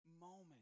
moment